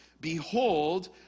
Behold